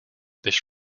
this